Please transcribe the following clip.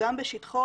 גם בשטחו,